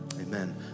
amen